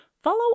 Follow